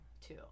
Two